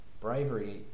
bravery